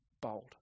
bold